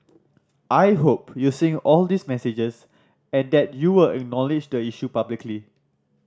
I hope you're seeing all these messages and that you will acknowledge the issue publicly